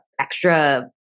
extra